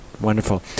Wonderful